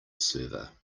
server